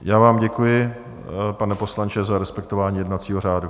Já vám děkuji, pane poslanče, za respektování jednacího řádu.